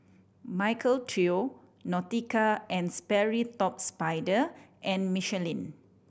Michael Trio Nautica and Sperry Top Sider and Michelin